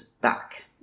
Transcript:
back